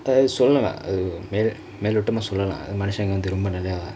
uh சொல்லலா மேலோட்டமா சொல்லலா மனுஷனுங்கனா ரொம்ப:sollalaa melotamaa sollalaa manushangka naa romba